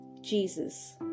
Jesus